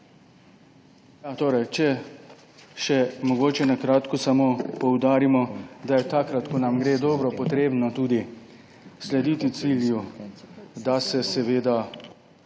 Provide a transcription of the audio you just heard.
mogoče še na kratko samo poudarimo, da je takrat, ko nam gre dobro, potrebno tudi slediti cilju, da se dela